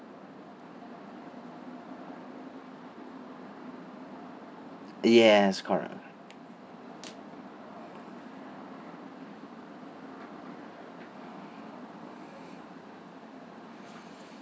yes correct